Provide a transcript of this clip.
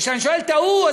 כשאני שואל את ההוא,